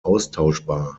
austauschbar